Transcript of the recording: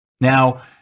Now